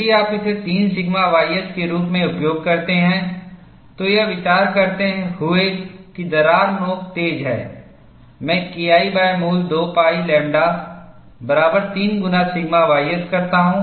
यदि आप इसे 3 सिग्मा ys के रूप में उपयोग करते हैं तो यह विचार करते हुए कि दरार नोक तेज है मैं KI मूल 2 pi लैम्ब्डा बराबर 3 गुना सिग्मा ys करता हूं